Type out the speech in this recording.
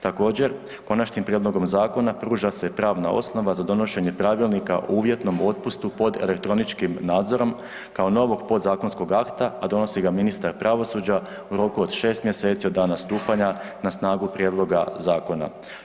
Također, konačnim prijedlogom zakona pruža se pravna osnova za donošenje pravilnika o uvjetom otpustu pod elektroničkim nadzorom kao novog podzakonskog akta, a donosi ga ministar pravosuđa u roku od 6 mjeseci od dana stupanja na snagu prijedloga zakona.